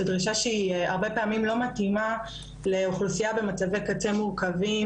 זה דרישה שהיא הרבה פעמים לא מתאימה לאוכלוסייה במצבי קצה מורכבים,